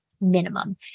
minimum